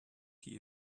tea